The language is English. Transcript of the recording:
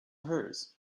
hers